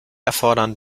erfordern